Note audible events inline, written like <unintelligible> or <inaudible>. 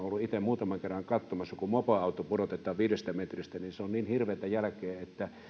<unintelligible> ollut itse muutaman kerran katsomassa kun mopoauto pudotetaan viidestä metristä se on niin hirveätä jälkeä että